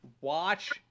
Watch